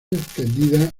entendida